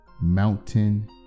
Mountain